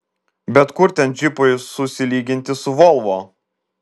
bet kur ten džipui susilyginti su volvo